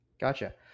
Gotcha